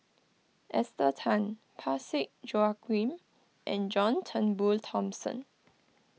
Esther Tan Parsick Joaquim and John Turnbull Thomson